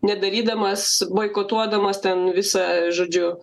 nedarydamas boikotuodamas ten visą žodžiu